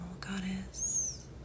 goddess